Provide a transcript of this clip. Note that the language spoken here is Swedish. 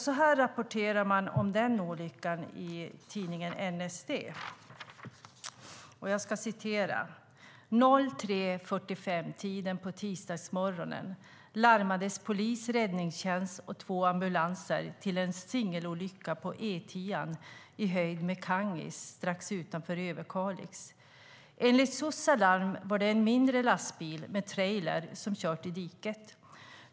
Så här rapporterar man om olyckan i tidningen NSD: "Vid 03:45-tiden på tisdagsmorgonen larmades polis, räddningstjänst och två ambulanser till en singelolycka på E10 i höjd med Kangis. Enligt SOS Alarm var det en mindre lastbil med trailer som kört i diket.